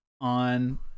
on